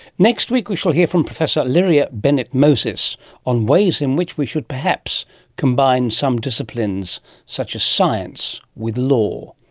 next week we shall hear from professor lyria bennett-moses on ways in which we should perhaps combine some disciplines such as science with law.